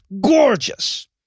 Gorgeous